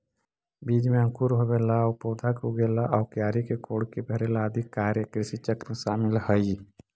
बीज में अंकुर होवेला आउ पौधा के उगेला आउ क्यारी के कोड़के भरेला आदि कार्य कृषिचक्र में शामिल हइ